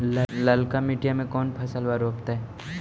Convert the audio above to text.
ललका मटीया मे कोन फलबा रोपयतय?